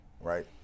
right